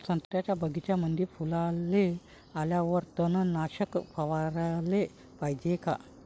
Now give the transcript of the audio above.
संत्र्याच्या बगीच्यामंदी फुलाले आल्यावर तननाशक फवाराले पायजे का?